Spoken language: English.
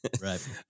Right